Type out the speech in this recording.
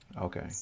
Okay